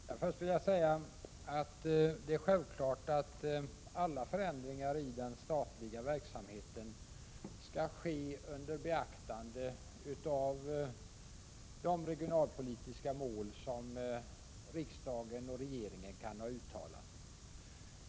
Herr talman! Först vill jag säga att det är självklart att alla förändringar i den statliga verksamheten skall ske under beaktande av de regionalpolitiska mål som riksdagen och regeringen kan ha uttalat.